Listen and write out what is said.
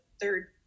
third